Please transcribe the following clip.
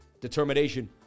determination